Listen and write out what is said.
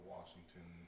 Washington